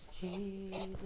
Jesus